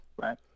Right